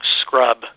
Scrub